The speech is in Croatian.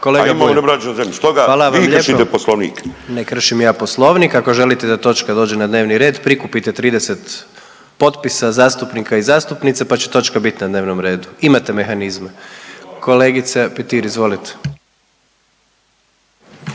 poslovnik. **Jandroković, Gordan (HDZ)** Ne kršim ja poslovnik, ako želite da točka dođe na dnevni red prikupite 30 potpisa zastupnika i zastupnica, pa će točka bit na dnevnom redu, imate mehanizme. Kolegice Petir, izvolite.